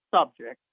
subject